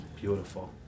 Beautiful